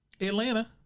Atlanta